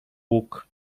łuk